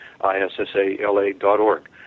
issala.org